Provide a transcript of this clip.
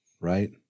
right